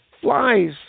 flies